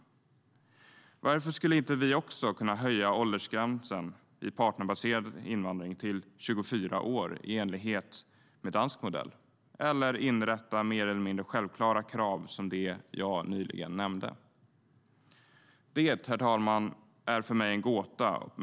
Varför skulle inte vi också kunna höja åldersgränsen vid partnerbaserad invandring till 24 år, i enlighet med dansk modell, eller inrätta mer eller mindre självklara krav som dem jag nyligen nämnde? Det är för mig en gåta, herr talman.